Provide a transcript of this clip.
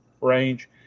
range